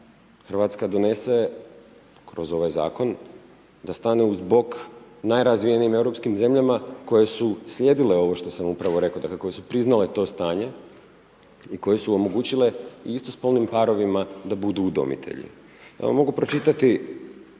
Hrvatska donese kroz ovaj Zakon, da stane uz bok najrazvijenijim europskim zemljama koje su slijedile ovo što sam upravo rekao. .../Govornik se ne razumije./... koje su priznale to stanje i koje su omogućile istospolnim parovima da budu udomitelji. Ja vam mogu pročitati